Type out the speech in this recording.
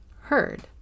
heard